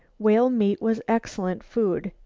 whale meat was excellent food.